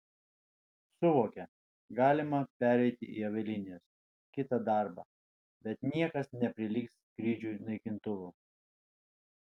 suvokia galima pereiti į avialinijas kitą darbą bet niekas neprilygs skrydžiui naikintuvu